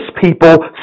people